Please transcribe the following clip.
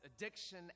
addiction